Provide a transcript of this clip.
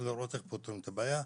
ולראות איך פותרים את הבעיה.